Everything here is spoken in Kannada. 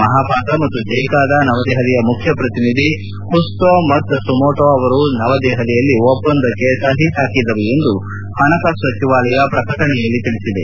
ಮಹಾಪಾತ್ರ ಮತ್ತು ಜೈಕಾದ ನವದೆಹಲಿಯ ಮುಖ್ಯಪ್ರತಿನಿಧಿ ಕುಸ್ತೋ ಮತ್ಸುಮೊಟೋ ಅವರು ನವದೆಹಲಿಯಲ್ಲಿ ಒಪ್ಪಂದಕ್ಕೆ ಸಹಿ ಹಾಕಿದರು ಎಂದು ಹಣಕಾಸು ಸಚಿವಾಲಯ ಪ್ರಕಟಣೆಯಲ್ಲಿ ತಿಳಿಸಿದೆ